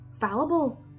fallible